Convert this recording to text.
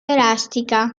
elastica